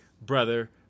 brother